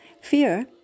fear